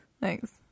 Thanks